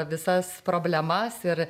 visas problemas ir